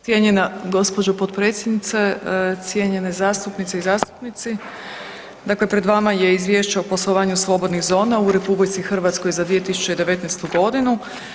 Cijenjena gospođo potpredsjednice, cijenjene zastupnice i zastupnici, dakle pred vama je Izvješće o poslovanju slobodnih zona u RH za 2019. godinu.